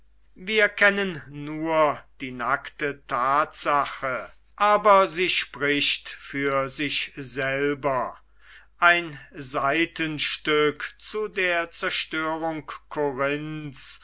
wir kennen nur die nackte tatsache aber sie spricht für sich selber ein seitenstück zu der zerstörung